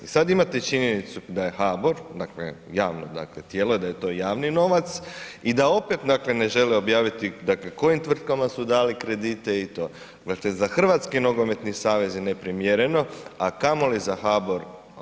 I sada imate činjenicu da je HBOR, dakle, javno dakle tijelo, da je to javni novac i da opet dakle, ne žele objaviti dakle kojim tvrtkama su dali kredite i to znači za Hrvatski nogometni savez je neprimjereno, a kamoli za HBOR.